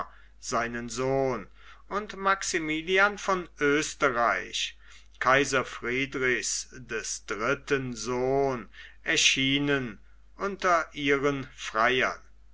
seinen sohn und maximilian von oesterreich kaiser friedrichs des dritten sohn erschienen unter ihren freiern